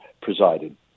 presided